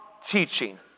teaching